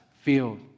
field